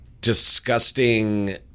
disgusting